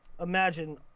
imagine